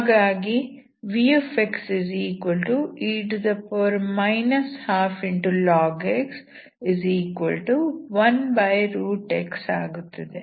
ಹಾಗಾಗಿ vxe 12log x 1x ಆಗುತ್ತದೆ